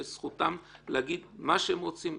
שזכותם להגיד מה שהם רוצים,